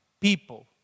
people